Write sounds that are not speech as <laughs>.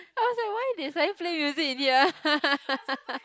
I was like why they suddenly play music in here <laughs>